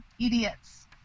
idiots